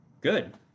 good